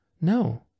No